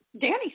Danny